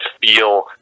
feel